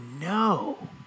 no